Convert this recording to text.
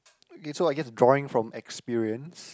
okay so I guess drawing from experience